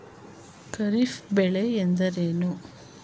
ಖಾರಿಫ್ ಬೆಳೆ ಎಂದರೇನು?